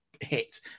hit